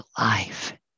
life